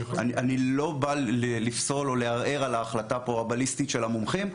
אני לא בא לפסול או לערער על ההחלטה הבליסטית פה של המומחים.